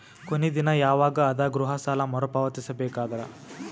ಕೊನಿ ದಿನ ಯವಾಗ ಅದ ಗೃಹ ಸಾಲ ಮರು ಪಾವತಿಸಬೇಕಾದರ?